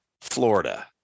Florida